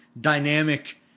dynamic